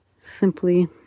Simply